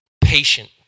patient